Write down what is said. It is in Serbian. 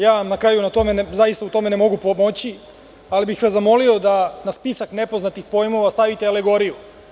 Ja vam na kraju u tome zaista ne mogu pomoći, ali bih vas zamolio da na spisak nepoznatih pojmova stavite alegoriju.